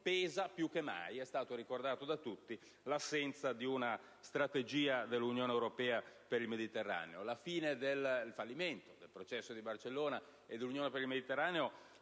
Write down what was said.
pesa più che mai - è stato ricordato da tutti - l'assenza di una strategia dell'Unione europea per il Mediterraneo. Il fallimento del Processo di Barcellona e dell'Unione per il Mediterraneo